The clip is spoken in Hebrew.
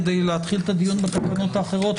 כדי להתחיל את הדיון בתקנות האחרות,